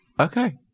Okay